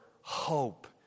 hope